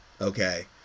Okay